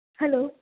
hello